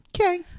Okay